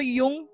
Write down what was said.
yung